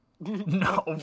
No